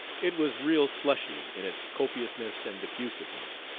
it was real slushy in its copiousness and diffusiveness.